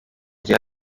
gihe